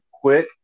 quick